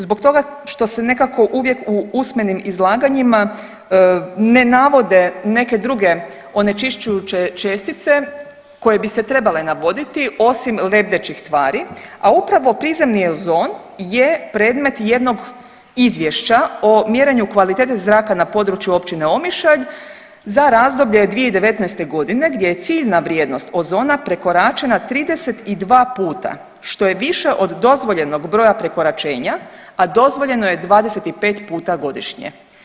Zbog toga što se nekako uvijek u usmenim izlaganjima ne navode neke druge onečišćujuće čestice koje bi se trebale navoditi, osim lebdećih tvari, a upravo prizemni ozon je predmet jednog izvješća o mjerenju kvalitete zraka na području općine Omišalj za razdoblje 2019. g. gdje je ciljna vrijednost ozona prekoračena 32 puta, što je više od dozvoljenog broja prekoračenja, a dozvoljeno je 25 puta godišnje.